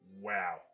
Wow